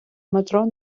метро